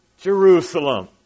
Jerusalem